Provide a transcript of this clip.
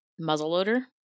muzzleloader